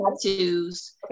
tattoos